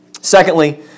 Secondly